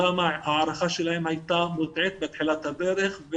למה ההערכה שלהם הייתה מוטעית בתחילת הדרך,